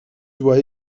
doit